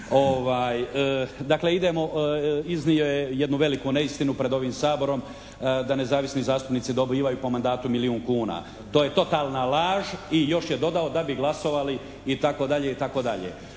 idemo, iznio je jednu veliku neistinu pred ovim Saborom da nezavisni zastupnici dobivaju po mandatu milijun kuna. To je totalna laž i još je dodao da bi glasovali itd.